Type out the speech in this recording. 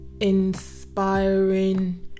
inspiring